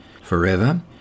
Forever